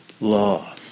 law